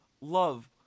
Love